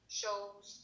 shows